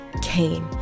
cain